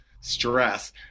stress